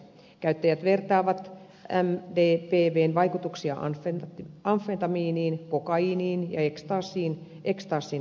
käyttäjät vertaavat mdpvn vaikutuksia amfetamiinin kokaiinin ja ekstaasin kaltaisiksi